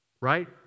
right